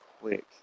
quick